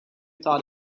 thought